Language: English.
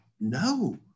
no